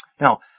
Now